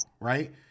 right